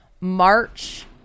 march